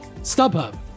StubHub